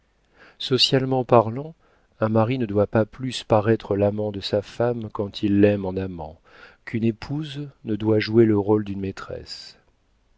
socialement parlant un mari ne doit pas plus paraître l'amant de sa femme quand il l'aime en amant qu'une épouse ne doit jouer le rôle d'une maîtresse